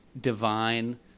divine